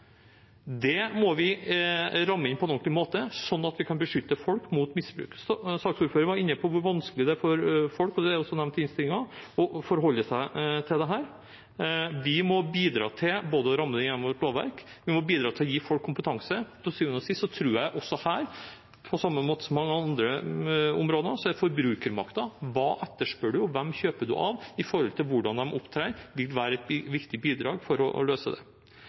Det må vi ramme inn på en ordentlig måte, sånn at vi kan beskytte folk mot misbruk. Saksordføreren var inne på hvor vanskelig det er – og det er også nevnt i innstillingen – for folk å forholde seg til dette. Vi må bidra til både å ramme det inn gjennom et lovverk, og vi må bidra til å gi folk kompetanse, for til syvende og sist tror jeg at også her, på samme måte som på mange områder, vil forbrukermakten – hva etterspør man, og hvem kjøper man av, i forhold til hvordan de opptrer – være et viktig bidrag for å løse det.